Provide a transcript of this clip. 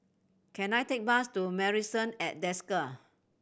can I take bus to Marrison at Desker